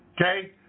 Okay